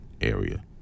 area